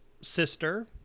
sister